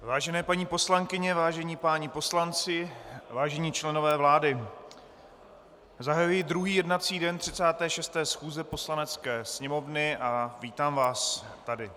Vážené paní poslankyně, vážení páni poslanci, vážení členové vlády, zahajuji druhý jednací den 36. schůze Poslanecké sněmovny a vítám vás tady.